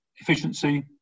efficiency